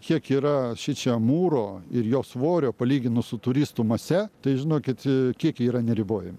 kiek yra šičia mūro ir jo svorio palyginus su turistų mase tai žinokit kiekiai yra neribojami